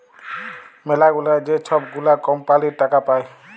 ম্যালাগুলা যে ছব গুলা কম্পালির টাকা পায়